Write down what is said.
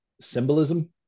symbolism